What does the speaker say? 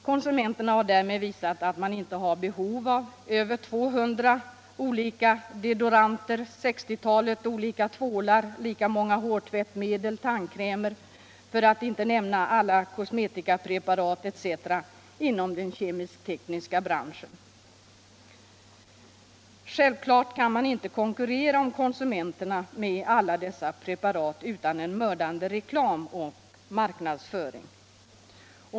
Konsumenterna har därmed visat att man inte har behov av över 200 olika deodoranter, 60-talet olika tvålar, lika många hårtvättmedel och tandkrämer, för att inte nämna alla kosmetikapreparat etc. inom den kemisk-tekniska branschen. Självklart kan man inte konkurrera om konsumenterna med alla dessa preparat utan en mördande reklam och marknadsföring.